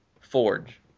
Forge